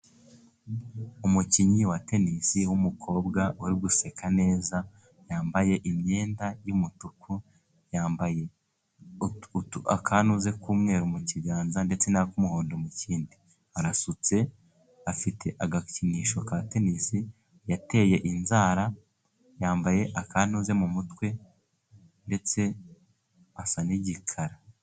Umukinnyi wa tenisi w'umukobwa uri guseka neza, yambaye imyenda y'umutuku, yambaye akantuza k'umweru mu kiganza ndetse n'ak'umuhondo mu kindi. Arasutse, afite agakinisho ka tenisi. Yateye inzara, yambaye akantuza mu mutwe ndetse asa n'igikara.